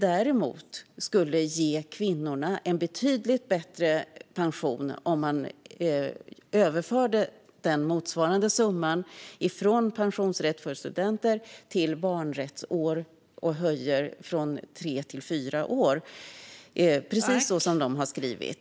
Däremot skulle det ge kvinnorna en betydligt bättre pension om motsvarande summa överfördes från pensionsrätt för studenter till barnrättsår och om man ökar antalet år från tre till fyra. Det är precis som Pensionsmyndigheten har skrivit.